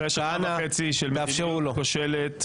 אחרי שנה וחצי של מדיניות כושלת,